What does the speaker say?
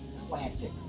classic